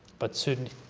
but sudanis,